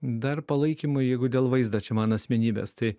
dar palaikymui jeigu dėl vaizdo čia mano asmenybės tai